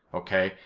okay?